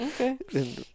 Okay